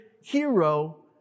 hero